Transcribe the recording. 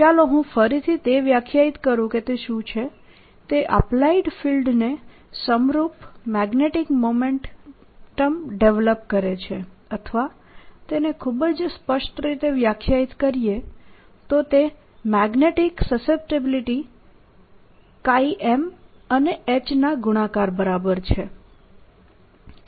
ચાલો હું ફરીથી તે વ્યાખ્યાયિત કરું કે તે શું છે તે એપ્લાઇડ ફિલ્ડને સમરૂપ મેગ્નેટીક મોમેન્ટમ ડેવલપ કરે છે અથવા તેને ખૂબ જ સ્પષ્ટ રીતે વ્યાખ્યાયિત કરીએ તો તે મેગ્નેટીક સસેપ્ટીબિલિટી M અને H ના ગુણાકાર બરાબર છે